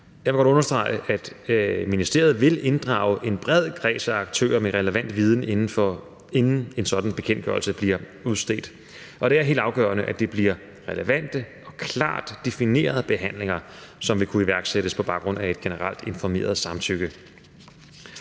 Jeg vil godt understrege, at ministeriet vil inddrage en bred kreds af aktører med relevant viden, inden en sådan bekendtgørelse bliver udstedt, og det er helt afgørende, at det bliver relevante og klart definerede behandlinger, som vil kunne iværksættes på baggrund af et generelt informeret samtykke.